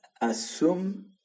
assume